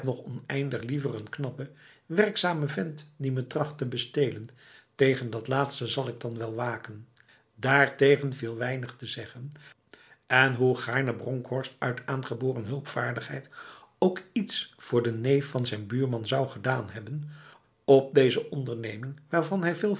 oneindig liever een knappe werkzame vent die me tracht te bestelen tegen dat laatste zal ik dan wel waken daartegen viel weinig te zeggen en hoe gaarne bronkhorst uit aangeboren hulpvaardigheid ook iets voor de neef van zijn buurman zou gedaan hebben op deze onderneming waarvan hij veel